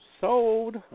Sold